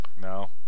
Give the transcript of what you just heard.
No